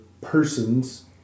persons